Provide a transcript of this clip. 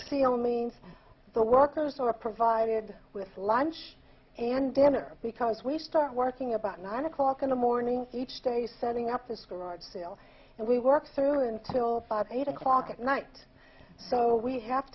clearly means the workers are provided with lunch and dinner because we start working about nine o'clock in the morning each day setting up the score itself and we work through until five eight o'clock at night so we have